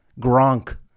Gronk